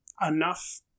enough